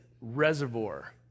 reservoir